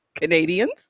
Canadians